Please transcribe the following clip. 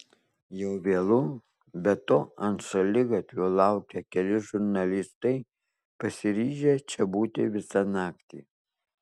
jau vėlu be to ant šaligatvio laukia keli žurnalistai pasiryžę čia būti visą naktį